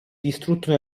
distrutto